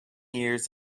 years